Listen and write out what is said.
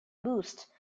boost